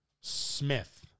Smith